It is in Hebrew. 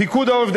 פיקוד העורף,